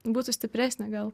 būtų stipresnė gal